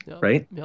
right